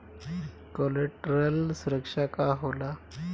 Collateral सुरक्षा का होला?